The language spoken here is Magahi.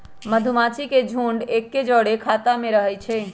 मधूमाछि के झुंड एके जौरे ख़ोता में रहै छइ